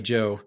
Joe